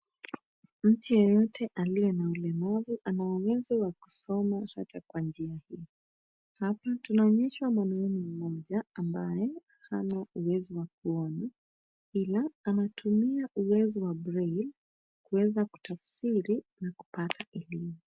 Mtu yeyote aliye na ulemavu ana uwezo wa kusoma hata kwa njia hii. Hapa tunaonyeshwa mwanaume mmoja ambaye hana uwezo wa kuona ila anatumia uwezo wa braille kuweza kutafsiri na kupata elimu.